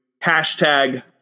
hashtag